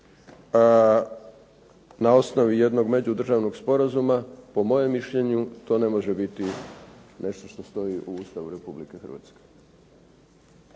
na osnovi jednog međudržavnog sporazuma po mojem mišljenju to ne može biti nešto što stoji u Ustavu Republike Hrvatske.